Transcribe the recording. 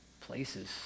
places